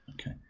Okay